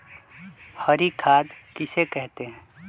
हरी खाद किसे कहते हैं?